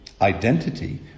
Identity